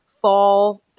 fall